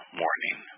morning